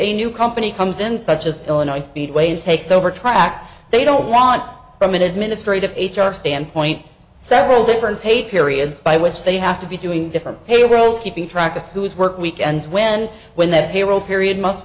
a new company comes in such as illinois speedway takes over tracks they don't want from an administrative h r standpoint several different pay periods by which they have to be doing different payrolls keeping track of who's work weekends when when that payroll period must